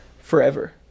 forever